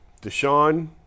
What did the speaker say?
Deshaun